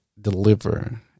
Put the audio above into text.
deliver